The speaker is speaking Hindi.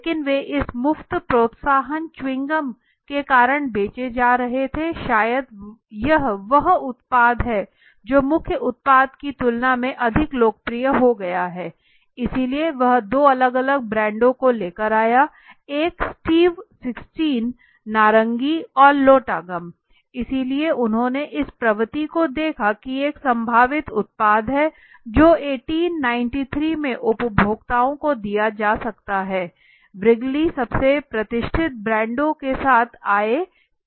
लेकिन वे इस मुफ्त प्रोत्साहन च्युइंग गम के कारण बेचे जा रहे थे शायद यह वह उत्पाद है जो मुख्य उत्पाद की तुलना में अधिक लोकप्रिय हो गया है इसलिए वह दो अलग अलग ब्रांडों को लेकर आया एक स्वीट 16 नारंगी और लोट्टा गम इसलिए उन्होंने इस प्रवृत्ति को देखा कि एक संभावित उत्पाद है जो 1893 में उपभोक्ताओं को दिया जा सकता है व्रिगली Wrigleys सबसे प्रतिष्ठित ब्रांडों के साथ आया थे